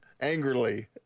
Angrily